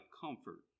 comfort